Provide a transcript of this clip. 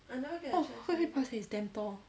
oh hui hui 表姐 is damn tall